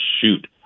shoot